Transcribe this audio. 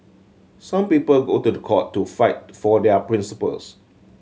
some people go to the court to fight for their principles